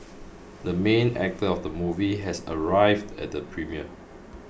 the main actor of the movie has arrived at the premiere